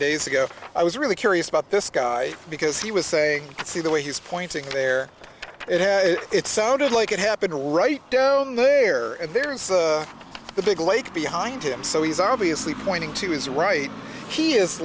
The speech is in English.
days ago i was really curious about this guy because he was saying see the way he's pointing there it had it sounded like it happened right down there and there is a big lake behind him so he's obviously pointing to his right he is